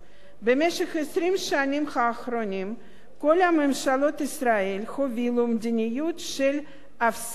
במשך 20 השנים האחרונות כל ממשלות ישראל הובילו מדיניות של הפסקת